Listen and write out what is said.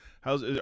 how's